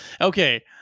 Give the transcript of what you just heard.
Okay